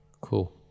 cool